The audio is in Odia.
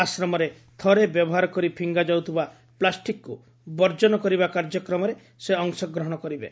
ଆଶ୍ରମରେ ଥରେ ବ୍ୟବହାର କରି ଫିଙ୍ଗାଯାଉଥିବା ପ୍ଲାଷ୍ଟିକ୍କୁ ବର୍ଜନ କରିବା କାର୍ଯ୍ୟକ୍ରମରେ ସେ ଅଂଶଗ୍ରହଣ କରିବେ